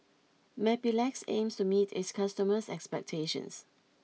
Mepilex aims to meet its customers' expectations